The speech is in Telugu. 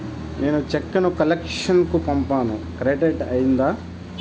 నేను చెక్కు ను కలెక్షన్ కు పంపాను క్రెడిట్ అయ్యిందా